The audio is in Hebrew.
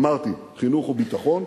אמרתי: חינוך וביטחון.